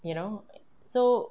you know so